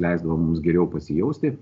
leisdavo mums geriau pasijausti